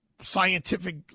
scientific